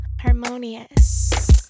harmonious